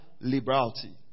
liberality